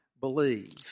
believe